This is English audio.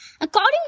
According